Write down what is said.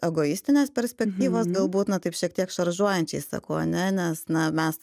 egoistinės perspektyvos galbūt na taip šiek tiek šaržuojančiai sakau ane nes na mes